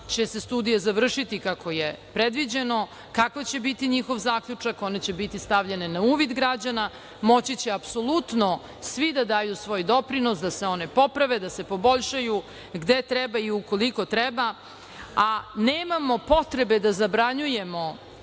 će se studije završiti kako je predviđeno, kakav će biti njihov zaključak, one će biti stavljene na uvid građana, moći će apsolutno svi da daju svoj doprinos da se one poprave, da se poboljšaju gde treba i ukoliko treba, a nemamo potrebe da zabranjujemo